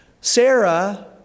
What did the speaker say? Sarah